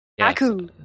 Aku